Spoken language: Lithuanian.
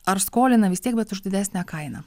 ar skolina vis tiek bet už didesnę kainą